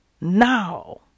now